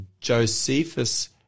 Josephus